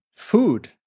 food